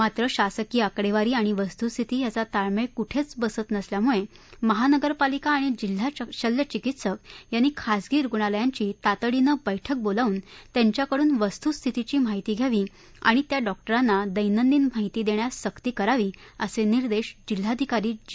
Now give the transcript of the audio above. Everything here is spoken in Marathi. मात्र शासकीय आकडेवारी आणि वस्तूस्थिती याचा ताळमेळ कुठेच बसत नसल्यामुळे महापालिका आणि जिल्हा शल्यचिकित्सक यांनी खासगी रुग्णालयांची तातडीची बळ्कि बोलावून त्यांच्या कडून वस्तूस्थितीची माहिती घ्यावी आणि त्या डॉक्टरांना दर्तादिन माहिती देण्यास सक्ती करावी असे निर्देश जिल्हाधिकारी जी